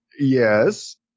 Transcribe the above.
Yes